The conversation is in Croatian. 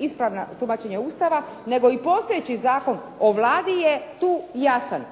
ispravno tumačenje Ustava nego i postojeći Zakon o Vladi je tu jasan.